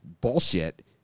bullshit